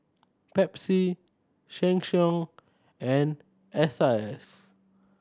Pepsi Sheng Siong and S I S